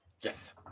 Yes